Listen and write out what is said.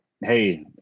hey